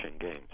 games